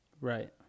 Right